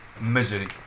misery